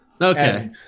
Okay